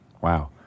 Wow